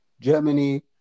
Germany